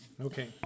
Okay